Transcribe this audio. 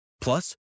Plus